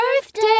birthday